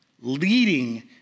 leading